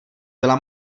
byla